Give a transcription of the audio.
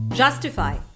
Justify